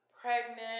pregnant